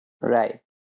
Right